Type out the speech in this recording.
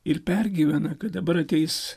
ir pergyvena kad dabar ateis